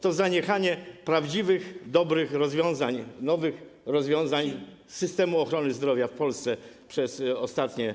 To zaniechanie prawdziwych dobrych rozwiązań, nowych rozwiązań systemu ochrony zdrowia w Polsce przez ostatnie lata.